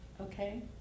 Okay